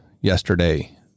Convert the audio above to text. yesterday